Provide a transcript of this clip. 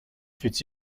fut